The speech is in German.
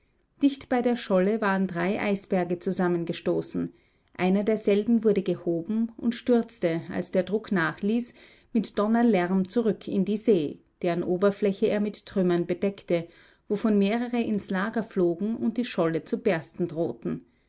dicht bei der scholle waren drei eisberge zusammengestoßen einer derselben wurde gehoben und stürzte als der druck nachließ mit donnerlärm zurück in die see deren oberfläche er mit trümmern bedeckte wovon mehrere ins lager flogen und die scholle zu bersten drohten